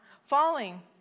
Falling